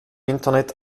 internet